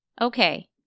Okay